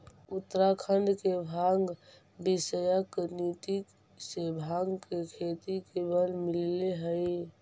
उत्तराखण्ड के भाँग विषयक नीति से भाँग के खेती के बल मिलले हइ